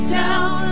down